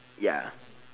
ya